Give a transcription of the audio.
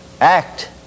act